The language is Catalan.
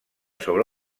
sobre